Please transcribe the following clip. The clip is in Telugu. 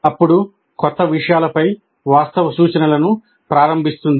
అప్పుడు క్రొత్త విషయాలపై వాస్తవ సూచనలను ప్రారంభిస్తుంది